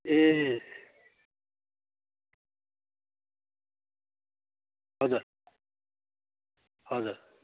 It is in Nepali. ए हजुर हजुर